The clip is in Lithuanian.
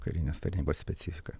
karinės tarnybos specifika